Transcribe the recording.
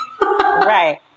Right